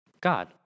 God